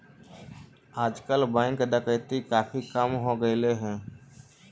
आजकल बैंक डकैती काफी कम हो गेले हई